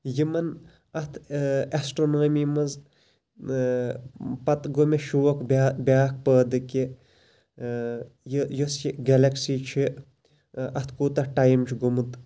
یِمَن اتھ ایٚسٹرونامی مَنٛز پَتہٕ گوٚو مےٚ شوق بیا بیاکھ پٲدٕ کہِ یہِ یۄس یہِ گیٚلیکسی چھِ اَتھ کوٗتاہ ٹایِم چھُ گوٚمُت